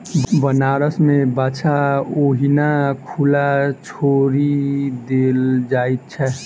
बनारस मे बाछा ओहिना खुला छोड़ि देल जाइत छै